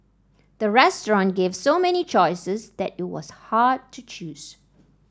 the restaurant gave so many choices that it was hard to choose